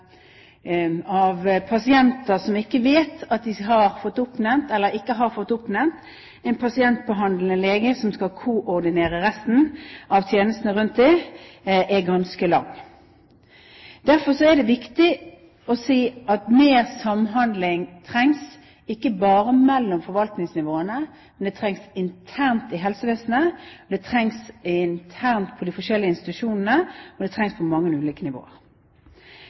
pasienter som ikke vet at de har fått oppnevnt, eller ikke har fått oppnevnt, en pasientbehandlende lege som skal koordinere resten av tjenestene rundt dem, er ganske lang. Derfor er det viktig å si at mer samhandling trengs ikke bare mellom forvaltningsnivåene, men det trengs internt i helsevesenet, det trengs internt på de forskjellige institusjonene, og det trengs på mange ulike nivåer.